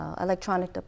electronic